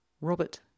Robert